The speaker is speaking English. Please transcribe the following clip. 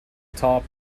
top